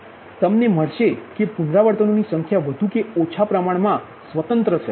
તેથી તમને મળશે કે પુનરાવર્તનોની સંખ્યા વધુ કે ઓછા પ્રમાણમા સ્વતંત્ર છે